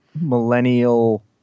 millennial